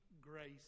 grace